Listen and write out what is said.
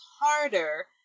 harder